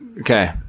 Okay